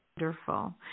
Wonderful